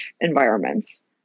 environments